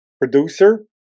producer